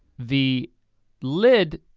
the lid,